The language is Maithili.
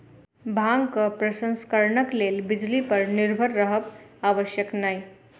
भांगक प्रसंस्करणक लेल बिजली पर निर्भर रहब आवश्यक नै